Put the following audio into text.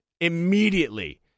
immediately